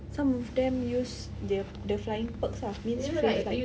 some of them use the the flying perks lah means phase like